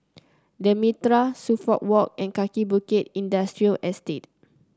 The Mitraa Suffolk Walk and Kaki Bukit Industrial Estate